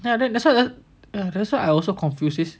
ya that that's why I that's why I also confuse it's